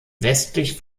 westlich